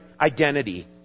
identity